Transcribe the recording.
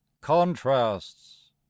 contrasts